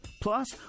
Plus